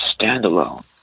standalone